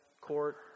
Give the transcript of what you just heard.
court